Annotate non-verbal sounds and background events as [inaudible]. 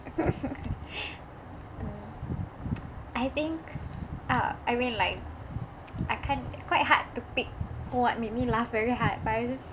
[laughs] [noise] I think uh I mean like I can't quite hard to pick what make me laugh very hard but it just